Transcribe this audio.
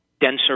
denser